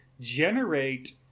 generate